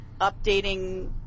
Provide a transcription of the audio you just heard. updating